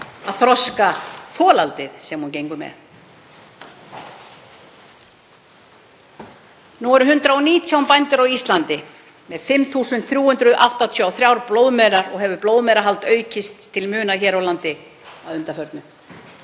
að þroska folaldið sem hún gengur með. Nú eru 119 bændur á Íslandi með 5.383 blóðmerar og hefur blóðmerahald aukist til muna hér á landi að undanförnu.